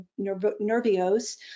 nervios